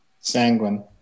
Sanguine